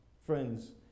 Friends